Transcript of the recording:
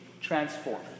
transform